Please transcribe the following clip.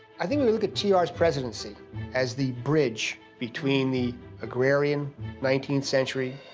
i think we look at t r s presidency as the bridge between the agrarian nineteenth century,